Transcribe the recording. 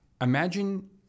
Imagine